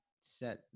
set